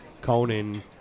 Conan